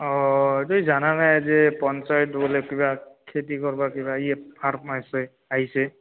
অঁ তই জানানে যে পঞ্চায়ত বোলে কিবা খেতি কৰিব কিবা ই সাৰ সোমাইছে আহিছে